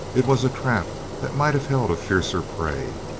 it was a trap that might have held a fiercer prey.